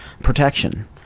protection